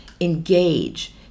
engage